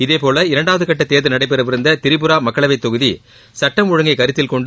இதேபோல இரண்டாவதுகட்டதேர்தல் நடைபெறவிருந்ததிரிபுரா மக்களவைத்தொகுதி சட்டம் ஒழுங்கை கருத்தில்கொண்டு